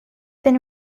been